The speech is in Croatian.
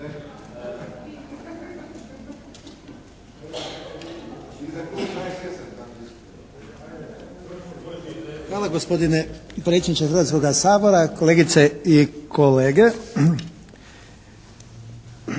Hvala gospodine predsjedniče Hrvatskoga sabora, kolegice i kolege.